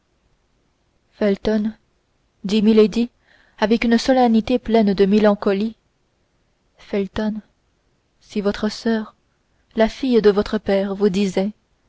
felton dit milady avec une solennité pleine de mélancolie felton si votre soeur la fille de votre père vous disait